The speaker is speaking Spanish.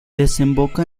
desemboca